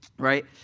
Right